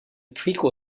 prequel